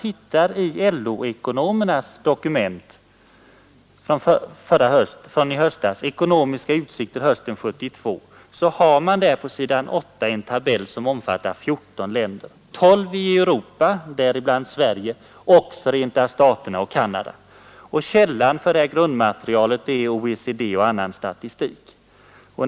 I LO-ekonomernas dokument från i höstas, ”Ekonomiska utsikter hösten 1972”, redovisas på s. 8 en tabell som omfattar 14 länder, 12 i Europa — däribland Sverige — samt Förenta staterna och Canada. Grundmaterialet utgörs av statistik från OECD och från annat håll.